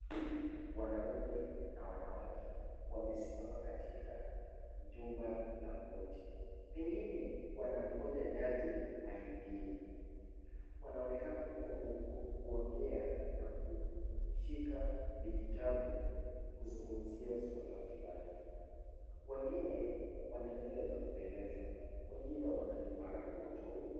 Kundi la wanaume na wanawake wamesimama katika jumba la koti pengine wanamngoja jaji aingie. Wanaonekana kuongea na kushika vijitabu kuzungumzia suala fulani. Wengine wana nywele za kupendeza, wengine wana viparangoto .